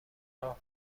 راه